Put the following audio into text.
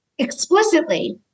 explicitly